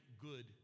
good